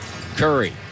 Curry